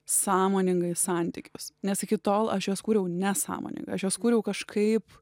sąmoningai santykius nes iki tol aš juos kūriau nesąmoningai aš juos kūriau kažkaip